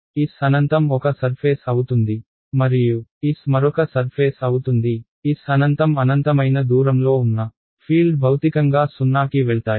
S అనంతం ఒక surface అవుతుంది మరియు S మరొక సర్ఫేస్ అవుతుంది S అనంతం అనంతమైన దూరంలో ఉన్న ఫీల్డ్ భౌతికంగా 0 కి వెళ్తాయి